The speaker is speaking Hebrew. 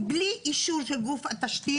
בלי אישור של גוף התשתית,